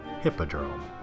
Hippodrome